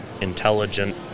intelligent